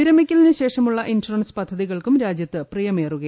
വിരമിക്കലിന് ശേഷമുള്ള ഇൻഷുറൻസ് പദ്ധതികൾക്കും രാജ്യത്ത് പ്രിയമേറുകയാണ്